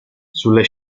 sulle